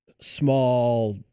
small